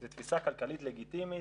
זו תפיסה כלכלית לגיטימית.